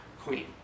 Queen